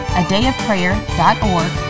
adayofprayer.org